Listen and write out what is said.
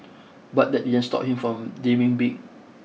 but that didn't stop him from dreaming big